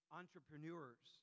entrepreneurs